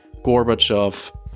Gorbachev